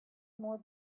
more